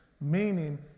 Meaning